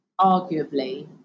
arguably